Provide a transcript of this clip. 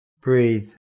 breathe